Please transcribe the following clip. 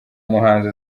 muhanzi